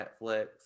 Netflix